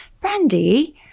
Brandy